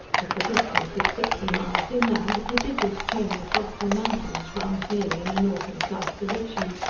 at the distance of sixty miles inland, a prodigious chain of lofty mountains runs nearly in a north and south direction,